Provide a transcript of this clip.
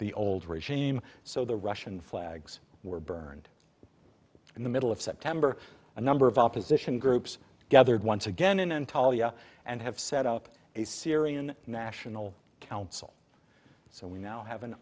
the old regime so the russian flags were burned in the middle of september a number of opposition groups gathered once again in antalya and have set up a syrian national council so we now have an